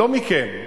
לא מכם.